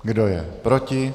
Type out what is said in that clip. Kdo je proti?